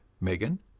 Megan